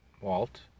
Walt